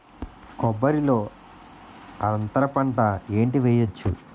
కొబ్బరి లో అంతరపంట ఏంటి వెయ్యొచ్చు?